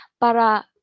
para